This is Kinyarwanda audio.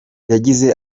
yagize